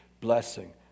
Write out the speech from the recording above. blessing